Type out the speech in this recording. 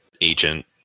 agent